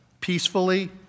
peacefully